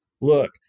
look